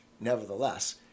nevertheless